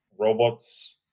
robots